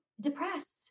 depressed